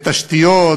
בתשתיות,